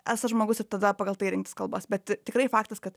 esa žmogus ir tada pagal tai rinktis kalbas bet tikrai faktas kad